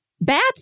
Bats